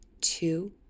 two